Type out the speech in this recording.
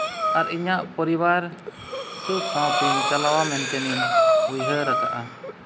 ᱟᱨ ᱤᱧᱟᱹᱜ ᱯᱚᱨᱤᱵᱟᱨ ᱥᱩᱠᱷ ᱥᱟᱶᱛᱤᱧ ᱪᱟᱞᱟᱣᱟ ᱢᱮᱱᱛᱤᱧ ᱩᱭᱦᱟᱹᱨ ᱟᱠᱟᱫᱼᱟ